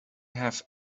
have